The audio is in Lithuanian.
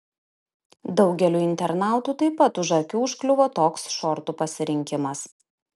daugeliui internautų taip pat už akių užkliuvo toks šortų pasirinkimas